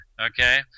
okay